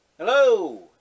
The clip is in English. Hello